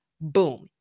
Boom